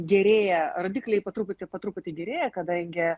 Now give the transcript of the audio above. gerėja rodikliai po truputį po truputį gerėja kadangi